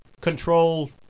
control